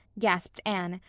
gasped anne,